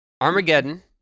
Armageddon